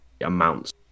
amounts